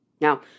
Now